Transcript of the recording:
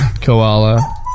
Koala